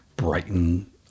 Brighten